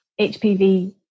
HPV